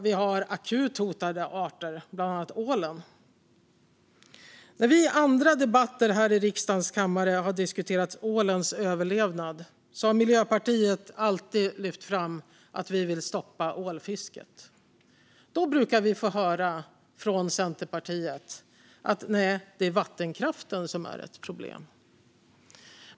Vi har akut hotade arter, bland annat ålen. När vi i andra debatter här i riksdagens kammare har diskuterat ålens överlevnad har vi i Miljöpartiet alltid lyft fram att vi vill stoppa ålfisket. Då brukar vi få höra från Centerpartiet: Nej, det är vattenkraften som är ett problem.